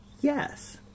Yes